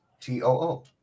t-o-o